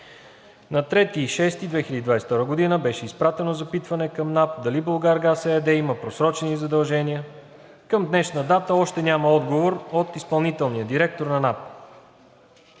На 3 юни 2022 г. беше изпратено запитване към НАП дали „Булгаргаз“ ЕАД има просрочени задължения. Към днешна дата още няма отговор от изпълнителния директор на НАП.